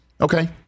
Okay